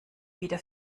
wieder